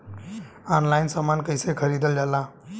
Online समान कैसे खरीदल जाला?